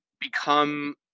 become